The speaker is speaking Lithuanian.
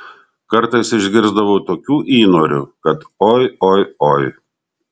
kartais išgirsdavau tokių įnorių kad oi oi oi